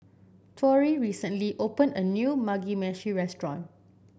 Torrie recently opened a new Mugi Meshi Restaurant